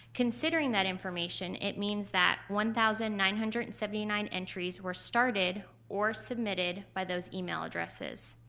considering that information, it means that one thousand nine hundred and seventy nine entries were started or submitted by those email addresses.